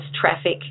traffic